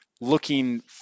looking